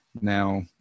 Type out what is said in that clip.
now